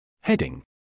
Heading